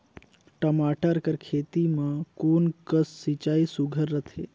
टमाटर कर खेती म कोन कस सिंचाई सुघ्घर रथे?